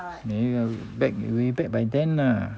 没有 back we'll be back by then uh